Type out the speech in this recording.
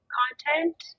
content